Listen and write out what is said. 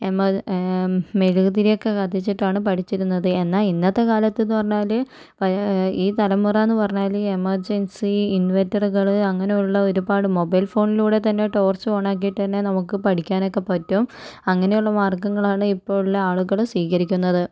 എമ്മർ മെഴുകുതിരിയൊക്കെ കത്തിച്ചിട്ടാണ് പഠിച്ചിരുന്നത് എന്നാൽ ഇന്നത്തെ കാലത്ത് എന്ന് പറഞ്ഞാൽ ഈ തലമുറ എന്ന് പറഞ്ഞാൽ എമർജൻസി ഇൻവെർട്ടറുകൾ അങ്ങനെയുള്ള ഒരുപാട് മൊബൈൽ ഫോണിലൂടെ തന്നെ ടോർച്ച് ഓൺ ആക്കിയിട്ട് തന്നെ നമുക്ക് പഠിക്കാൻ ഒക്കെ പറ്റും അങ്ങനെയുള്ള മാർഗ്ഗങ്ങളാണ് ഇപ്പോൾ ഉള്ള ആളുകൾ സ്വീകരിക്കുന്നത്